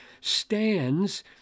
stands